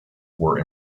were